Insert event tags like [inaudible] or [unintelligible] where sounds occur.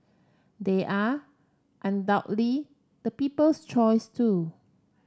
they are [unintelligible] the people's choice too